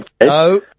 No